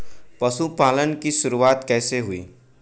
पशुपालन की शुरुआत कैसे हुई?